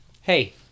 Hey